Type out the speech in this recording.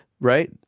right